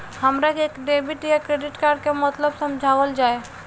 हमरा के डेबिट या क्रेडिट कार्ड के मतलब समझावल जाय?